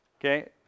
Okay